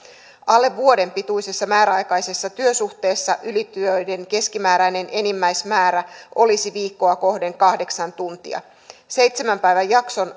alle vuoden pituisessa määräaikaisessa työsuhteessa ylitöiden keskimääräinen enimmäismäärä olisi viikkoa kohden kahdeksan tuntia seitsemän päivän jakson